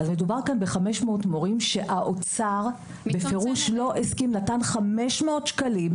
מדובר ב-500 מורים שהאוצר נתן 500 שקלים